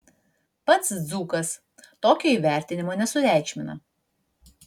pats dzūkas tokio įvertinimo nesureikšmina